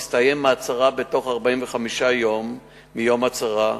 יסתיים מעצרה בתוך 45 יום מיום מעצרה.